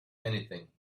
anything